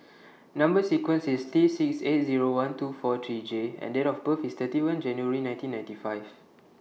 Number sequence IS T six eight Zero one two four three J and Date of birth IS thirty one January nineteen ninety five